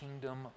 kingdom